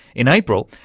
in april,